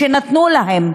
שנתנו להם.